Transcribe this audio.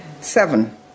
Seven